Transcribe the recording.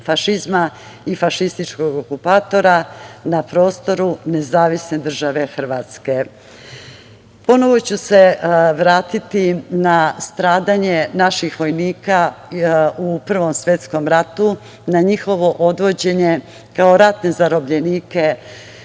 i fašističkog okupatora na prostoru Nezavisne Države Hrvatske. Ponovo ću se vratiti na stradanje naših vojnika u Prvom svetskom ratu, na njihovo odvođenje kao ratne zarobljenike